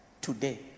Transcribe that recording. today